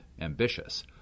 ambitious